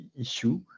issue